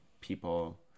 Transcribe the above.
people